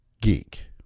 geek